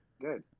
Good